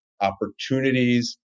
opportunities